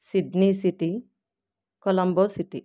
Sydney city Colombo city